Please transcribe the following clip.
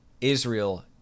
Israel